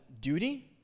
duty